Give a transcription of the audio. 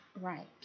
Right